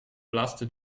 plaatste